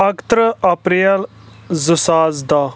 اکترٕہ اپریل زٕ ساس دَہ